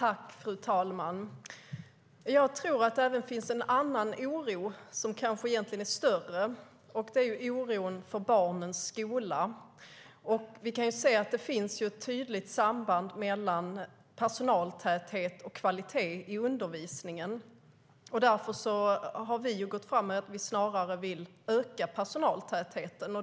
Fru talman! Jag tror att det även finns en annan oro, som kanske egentligen är större, och det är oron för barnens skola. Det finns ett tydligt samband mellan personaltäthet och kvalitet i undervisningen. Därför har vi gått fram med att vi snarare vill öka personaltätheten.